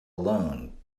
alone